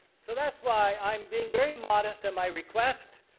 so that's why i'm being very modest in my request.